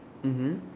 mmhmm